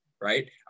Right